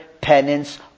penance